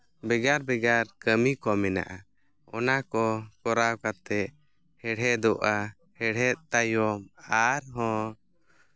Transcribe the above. ᱵᱷᱮᱜᱟᱨ ᱵᱷᱮᱜᱟᱨ ᱠᱟᱹᱢᱤ ᱠᱚ ᱢᱮᱱᱟᱜᱼᱟ ᱚᱱᱟ ᱠᱚ ᱠᱚᱨᱟᱣ ᱠᱟᱛᱮᱫ ᱦᱮᱲᱦᱮᱫᱚᱜᱼᱟ ᱦᱮᱲᱦᱮᱫ ᱛᱟᱭᱚᱢ ᱟᱨᱦᱚᱸ